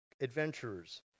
adventurers